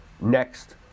Next